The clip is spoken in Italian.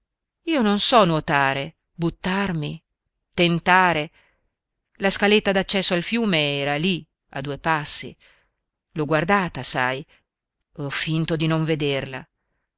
io non so nuotare buttarmi tentare la scaletta d'accesso al fiume era lì a due passi l'ho guardata sai e ho finto di non vederla